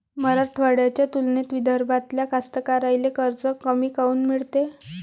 मराठवाड्याच्या तुलनेत विदर्भातल्या कास्तकाराइले कर्ज कमी काऊन मिळते?